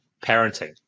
parenting